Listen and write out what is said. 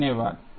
धन्यवाद